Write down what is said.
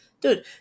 Dude